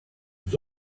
nous